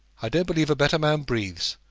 i don't believe a better man breathes,